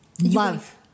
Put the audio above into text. love